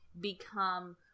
become